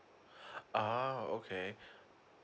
oh okay